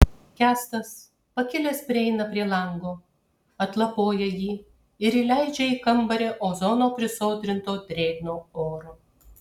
kęstas pakilęs prieina prie lango atlapoja jį ir įleidžia į kambarį ozono prisodrinto drėgno oro